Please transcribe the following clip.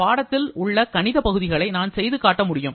பாடத்தில் உள்ள கணித பகுதிகளை நான் செய்து காட்ட முடியும்